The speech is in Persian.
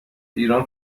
ایران